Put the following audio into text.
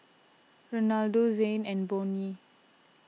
Renaldo Zhane and Bonny